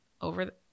over